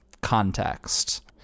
context